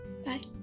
Bye